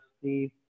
Steve